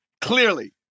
Clearly